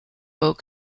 oak